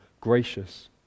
gracious